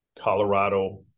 Colorado